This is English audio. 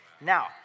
Now